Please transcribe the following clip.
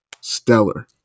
stellar